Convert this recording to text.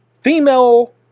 female